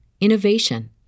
innovation